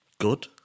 good